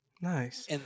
Nice